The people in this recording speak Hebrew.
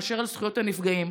מאשר על זכויות הנפגעים.